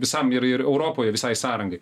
visam ir ir europai visai sąrangai